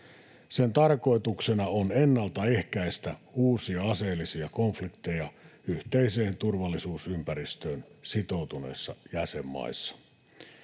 Sen tarkoituksena on ennaltaehkäistä uusia aseellisia konflikteja yhteiseen turvallisuusympäristöön sitoutuneissa jäsenmaissa.